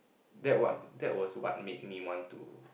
that what that was what made me want to